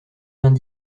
vingt